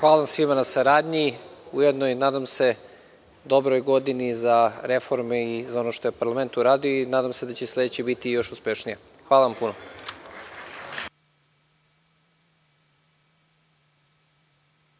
pravde")Hvala svima na saradnji. Ujedno se nadam i dobroj godini za reforme i za ono što je parlament uradio. Nadam se da će sledeća biti još uspešnija. Hvala vam puno.